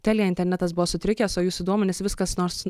telia internetas buvo sutrikęs o jūsų duomenis vis kas nors